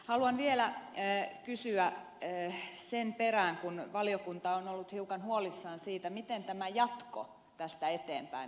haluan vielä kysyä sen perään kun valiokunta on ollut hiukan huolissaan siitä miten tämä jatko tästä eteenpäin menee